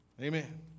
Amen